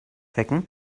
wecken